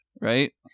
Right